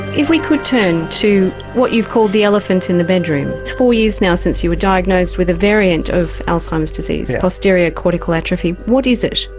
if we could turn to what you called the elephant in the bedroom it's four years now since you were diagnosed with a variant of alzheimer's disease, posterior cortical atrophy what is it?